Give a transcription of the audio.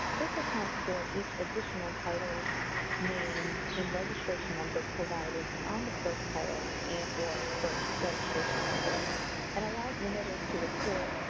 this accounts for each additional title name and registration number provided beyond um the first title and or first registration number and allows remitters to record,